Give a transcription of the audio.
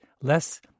less